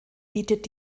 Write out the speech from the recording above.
bietet